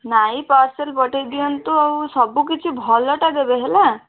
ନାଇ ପାର୍ସଲ୍ ପଠାଇ ଦିଅନ୍ତୁ ଆଉ ସବୁ କିଛି ଭଲଟା ଦେବେ ହେଲା